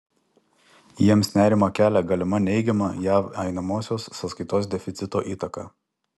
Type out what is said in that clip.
jiems nerimą kelia galima neigiama jav einamosios sąskaitos deficito įtaka